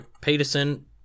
Peterson